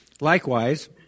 Likewise